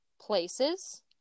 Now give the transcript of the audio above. places